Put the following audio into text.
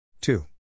two